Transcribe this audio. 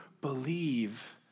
believe